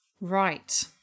Right